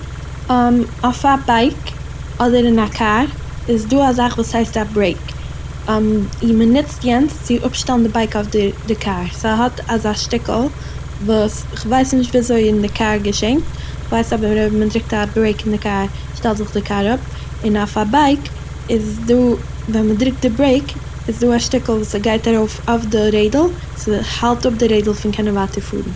אויף א בייק אדער אין א קאר איז דא א זאך וואס הייסט א ברעיק, און מען נוצט יענץ צו אפשטעלן די בייק אדער די קאר, ס'האט אזא שטיקל וואס כ'ווייס נישט ווי אזוי אין די קאר געשענט כ'ווייס אבער אז מ'דרוקט א ברעיק אין די קאר שטעלט זיך די קאר אפ און אויף א בייק איז דא ווען מ'דרוקט די ברעיק איז דא א שטיקל וואס ס'גייט ארויף אויף די רעדל ס'האלט אפ די רעדל פון קענען ווייטער פארן.